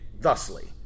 thusly